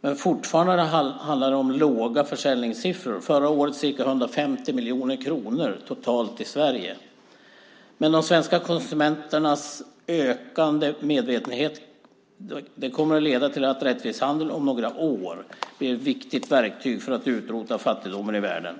Men fortfarande handlar det om låga försäljningssiffror - förra året ca 150 miljoner kronor totalt i Sverige. Men svenska konsumenters ökande medvetenhet kommer att leda till att rättvis handel om några år är ett viktigt verktyg för att utrota fattigdomen i världen.